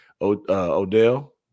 Odell